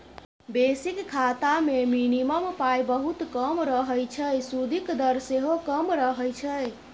basic खाता मे minimum पाइ बहुत कम रहय छै सुदिक दर सेहो कम रहय छै